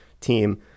team